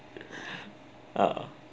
uh